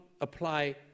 apply